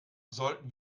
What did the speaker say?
sollten